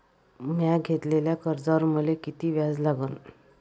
म्या घेतलेल्या कर्जावर मले किती व्याज लागन?